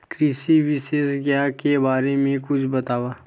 कृषि विशेषज्ञ के बारे मा कुछु बतावव?